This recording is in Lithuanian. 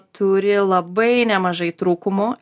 turi labai nemažai trūkumų